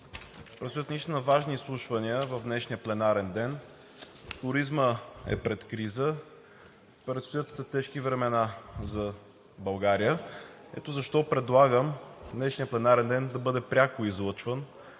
Предстоят наистина важни изслушвания в днешния пленарен ден. Туризмът е пред криза, предстоят тежки времена за България. Ето защо предлагам днешният пленарен ден да бъде пряко излъчван